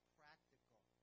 practical